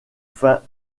fin